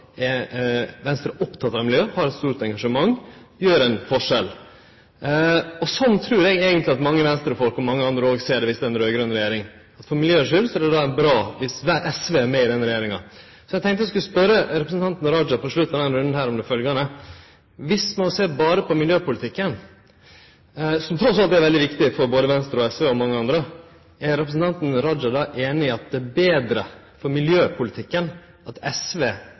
er Venstre opptekne av miljø, har eit stort engasjement, og det gjer ein forskjell. Eg trur eigentleg at mange Venstre-folk og mange andre òg ser, når det er ei raud-grøn regjering, at for miljøets skuld er det bra om SV er med i den regjeringa. Eg tenkte eg skulle spørje representanten Raja på slutten av denne runden om følgjande: Dersom ein berre ser på miljøpolitikken – som trass alt er veldig viktig for både Venstre og SV og mange andre – er representanten Raja einig i at det er betre for miljøpolitikken at SV